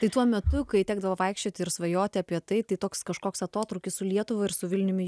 tai tuo metu kai tekdavo vaikščioti ir svajoti apie tai tai toks kažkoks atotrūkis su lietuva ir su vilniumi